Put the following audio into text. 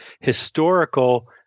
Historical